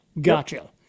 Gotcha